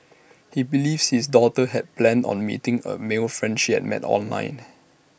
he believes his daughter had planned on meeting A male friend she had met online